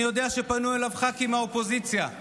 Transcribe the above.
אני יודע שפנו אליו ח"כים מהאופוזיציה,